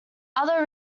other